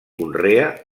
conrea